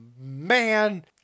man